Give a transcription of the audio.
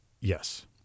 yes